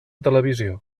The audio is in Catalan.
televisió